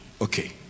okay